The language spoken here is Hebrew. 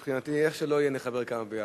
מבחינתי, איך שלא יהיה נחבר כמה ביחד.